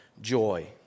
joy